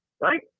right